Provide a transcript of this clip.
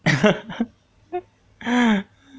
ya